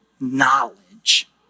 knowledge